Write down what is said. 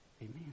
Amen